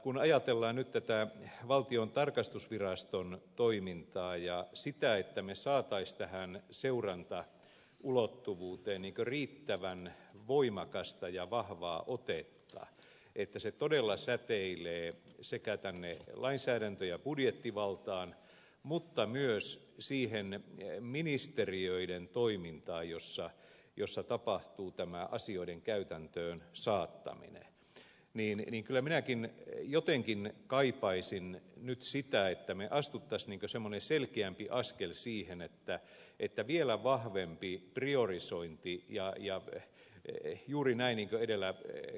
kun ajatellaan nyt valtion tarkastusviraston toimintaa ja sitä että me saisimme tähän seurantaulottuvuuteen riittävän voimakasta ja vahvaa otetta että se todella säteilee sekä lainsäädäntö ja budjettivaltaan mutta myös siihen ministeriöiden toimintaan jossa tapahtuu asioiden käytäntöön saattaminen niin kyllä minäkin jotenkin kaipaisin nyt sitä että me astuisimme selkeämmän askeleen kohti vielä vahvempaa priorisointia ja juuri niin kuin edellä ed